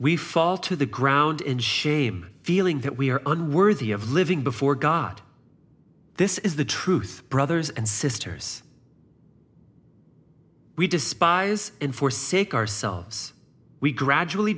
we fall to the ground in shame feeling that we are unworthy of living before god this is the truth brothers and sisters we despise and forsake ourselves we gradually